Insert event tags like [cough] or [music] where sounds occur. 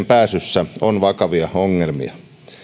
[unintelligible] pääsyssä on vakavia ongelmia